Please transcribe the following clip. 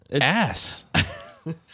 ass